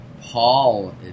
Paul